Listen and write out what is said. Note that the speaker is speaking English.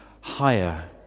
higher